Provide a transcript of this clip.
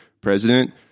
president